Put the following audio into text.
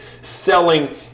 selling